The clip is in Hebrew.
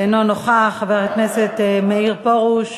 אינו נוכח, חבר הכנסת מאיר פרוש,